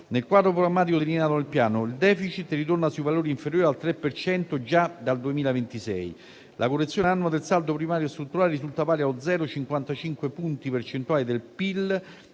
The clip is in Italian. Nel quadro programmatico delineato dal Piano, il *deficit* ritorna su valori inferiori al 3 per cento già dal 2026; la correzione annua del saldo primario strutturale risulta pari a 0,55 punti percentuali del PIL